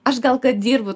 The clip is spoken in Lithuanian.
aš gal kad dirbu